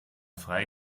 frei